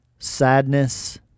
sadness